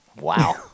Wow